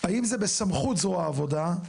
האם זה בסמכות זרוע העבודה?